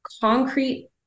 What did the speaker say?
concrete